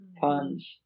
funds